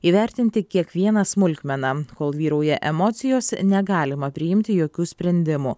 įvertinti kiekvieną smulkmeną kol vyrauja emocijos negalima priimti jokių sprendimų